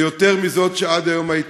ויותר מזאת שהייתה עד היום.